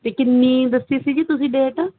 ਤੇ ਕਿੰਨੀ ਦੱਸੀ ਸੀਗੀ ਤੁਸੀਂ ਡੇਟ